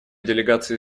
делегации